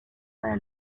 para